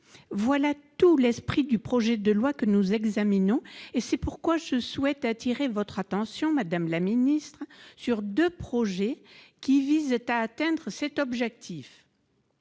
c'est tout l'esprit du projet de loi que nous examinons. Je souhaite appeler votre attention, madame la ministre, sur deux projets qui visent à atteindre cet objectif.